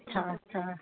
अच्छा अच्छा